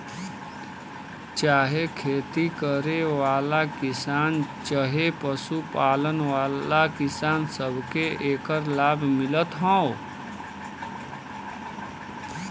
चाहे खेती करे वाला किसान चहे पशु पालन वाला किसान, सबके एकर लाभ मिलत हौ